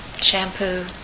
shampoo